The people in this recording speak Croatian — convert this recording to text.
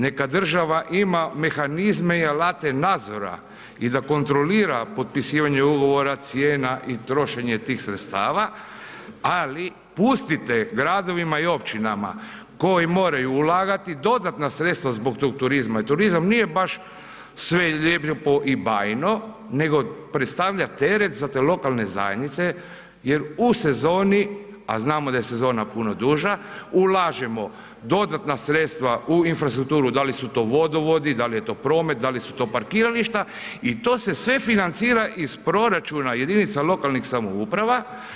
Neka država ima mehanizme i alate nadzora i da kontrolira potpisivanje ugovora, cijena i trošenja tih sredstava, ali pustite gradovima i općinama koji moraju ulagati dodatna sredstva zbog tog turizma jer turizam nije baš sve lijepo i bajno nego predstavlja teret za te lokalne zajednice jer u sezoni, a znamo da je sezona puno duža, ulažemo dodatna sredstva u infrastrukturu, da li su to vodovodi, da li je to promet, da li su to parkirališta i to se sve financira iz proračuna jedinica lokalnih samouprava.